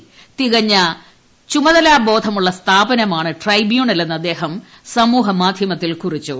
അരുൺ തികഞ്ഞ ചുമതലാബോധമുള്ള സ്ഥാപനമാണ് ട്രൈബ്യൂണലെന്ന് അദ്ദേഹം സമൂഹമാധ്യമത്തിൽ കുറിച്ചു